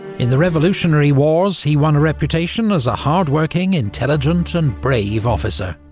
in the revolutionary wars, he won a reputation as a hard-working, intelligent and brave officer,